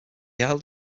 held